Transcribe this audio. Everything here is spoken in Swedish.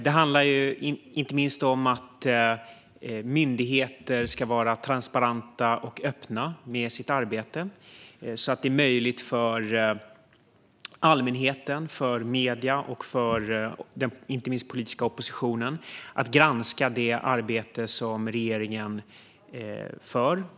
Det handlar inte minst om att myndigheter i sitt arbete ska vara transparenta och öppna så att det är möjligt för allmänheten, medierna och den politiska oppositionen att granska det arbete som regeringen gör.